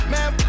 Man